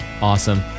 awesome